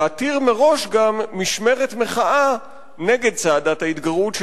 להתיר מראש גם משמרת מחאה נגד צעדת ההתגרות,